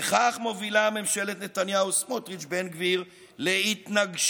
בכך מובילה ממשלת נתניהו-סמוטריץ'-בן גביר להתנגשות,